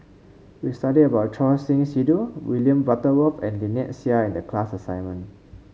we studied about Choor Singh Sidhu William Butterworth and Lynnette Seah in the class assignment